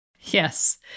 Yes